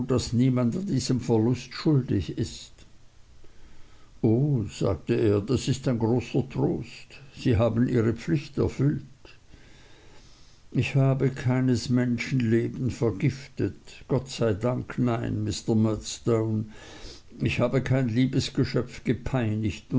daß niemand an diesem verlust schuldig ist o sagte er das ist ein großer trost sie haben ihre pflicht erfüllt ich habe keines menschen leben vergiftet gott sei dank nein mr murdstone ich habe kein liebes geschöpf gepeinigt